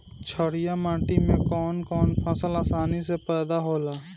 छारिया माटी मे कवन कवन फसल आसानी से पैदा होला?